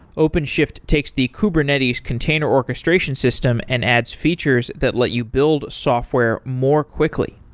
openshift takes the kubernetes container orchestration system and adds features that let you build software more quickly.